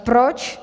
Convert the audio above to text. Proč?